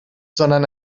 sondern